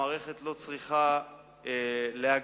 המערכת לא צריכה להגזים